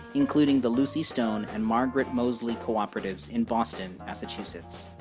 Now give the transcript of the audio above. including the lucy stone and margaret moseley captives in boston, massachusetts